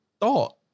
thought